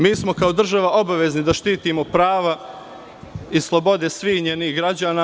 Mi smo kao država obavezni da štitimo prava i slobode svih njenih građana.